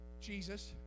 Jesus